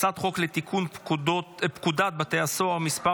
הצעת חוק לתיקון פקודת בתי הסוהר (מס'